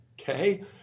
okay